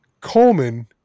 Coleman